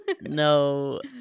No